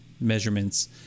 measurements